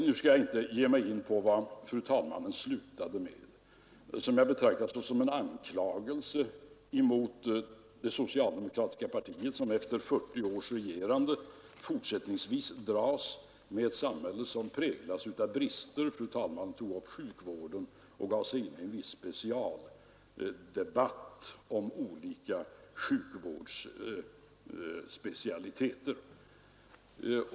Nu skall jag inte ge mig in på vad fru talmannen slutade med, vilket jag betraktade såsom en anklagelse emot det socialdemokratiska partiet som efter 40 års regerande fortsättningsvis dras med ett samhälle som präglas av brister. Fru talmannen tog upp sjukvården och gav sig in på en viss specialdebatt om olika sjukvårdsspecialiteter.